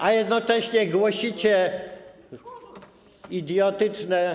A jednocześnie głosicie idiotyczne.